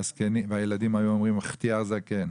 והילדים אמרו לזקנים ״חתיאר זקן״.